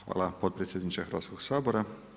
Hvala potpredsjedniče Hrvatskog sabora.